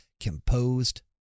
composed